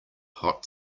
hot